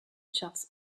charts